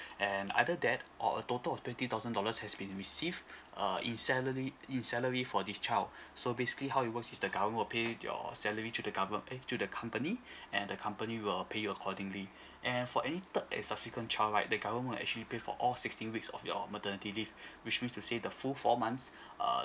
and either that or a total of twenty thousand dollars has been received err in salary in salary for this child so basically how it works is the government will pay your salary through the gover~ eh through the company and the company will pay you accordingly and for any third and subsequent child right the government will actually pay for all sixteen weeks of your maternity leave which means to say the full four months err